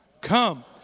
Come